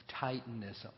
titanism